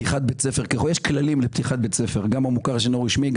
יש כללים לפתיחת בית ספר גם במוכר שאינו רשמי,